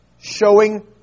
showing